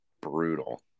brutal